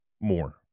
more